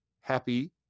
happy